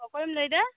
ᱚᱠᱚᱭᱮᱢ ᱞᱟᱹᱭᱮᱫᱟ